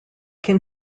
can